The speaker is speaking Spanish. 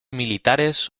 militares